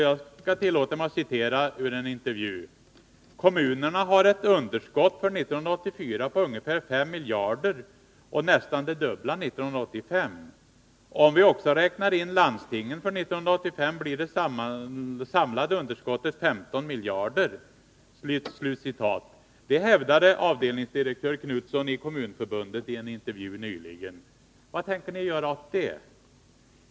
Jag skall tillåta mig att citera ur en intervju: ”Kommunerna har ett underskott för 1984 på ungefär 5 miljarder och nästan det dubbla för 1985. Om vi också räknar in landstingen för 1985, blir det samlade underskottet 15 miljarder.” Det hävdade avdelningsdirektör Knutsson i Kommunförbundet i en intervju nyligen. Vad tänker ni göra åt detta?